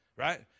Right